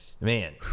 man